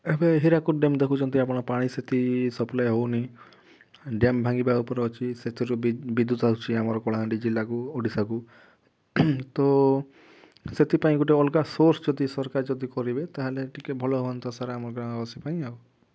ଏବେ ହୀରାକୁଦ ଡ୍ୟାମ୍ ଦେଖୁଛନ୍ତି ଆପଣ ପାଣି ସେଠି ସପ୍ଲାଏ ହଉନି ଡ୍ୟାମ୍ ଭାଙ୍ଗିବା ଉପରେ ଅଛି ସେଥିରୁ ବିଦ୍ୟୁତ୍ ଆସୁଛି ଆମ କଳାହାଣ୍ଡି ଜିଲ୍ଲାକୁ ଓଡ଼ିଶାକୁ ତ ସେଥିପାଇଁ ଗୋଟେ ଅଲଗା ସୋର୍ସ ଯଦି ସରକାର ଯଦି କରିବେ ତା'ହେଲେ ଟିକେ ଭଲ ହୁଅନ୍ତା ସାର୍ ଆମ ଗ୍ରାମବାସୀଙ୍କ ପାଇଁ ଆଉ